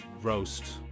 roast